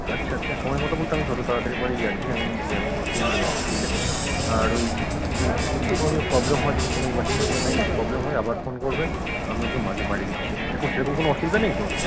আচ্ছা আচ্ছা সময়মতো বলতে আমি যত তাড়াতাড়ি পারিই যাচ্ছি আমি গিয়ে আমি ওকে নিয়ে আসছি ঠিক আছে আর ওই একটুকুও যদি প্রবলেম হয় যদি কোনো ইমার্জেন্সি কোনো কিছু যদি প্রবলেম হয় আবার ফোন করবেন আমি ওকে মাকে পাঠিয়ে দিচ্ছি এরকম সেরকম কোনো অসুবিধা নেই তো